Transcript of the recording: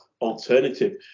alternative